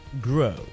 grow